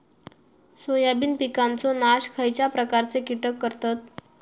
Soybean पिकांचो नाश खयच्या प्रकारचे कीटक करतत?